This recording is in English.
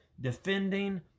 defending